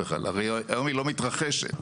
הרי, היום לא מתרחשת.